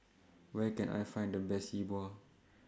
Where Can I Find The Best Yi Bua